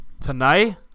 Tonight